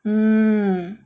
mm